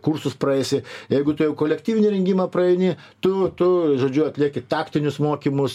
kursus praeisi jeigu tu jau kolektyvinį rengimą praeini tu tu žodžiu atlieki taktinius mokymus